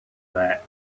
that